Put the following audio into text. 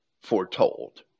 foretold